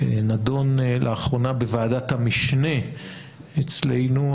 שנדון לאחרונה בוועדת המשנה אצלנו,